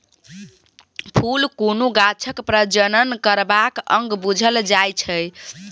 फुल कुनु गाछक प्रजनन करबाक अंग बुझल जाइ छै